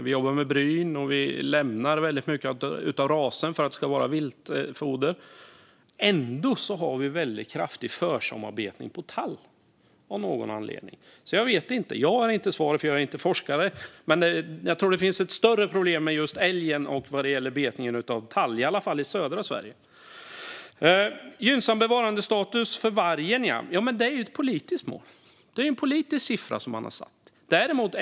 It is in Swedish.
Vi jobbar med bryn, och vi lämnar mycket av RASE:n som viltfoder. Ändå har vi väldigt kraftig försommarbetning på tall av någon anledning. Jag vet inte. Jag har inte svaren, för jag är inte forskare. Men jag tror att det finns ett större problem med älgen och betning av tall, i alla fall i södra Sverige. Gynnsam bevarandestatus för vargen är ett politiskt mål. Det är en siffra som man har satt politiskt.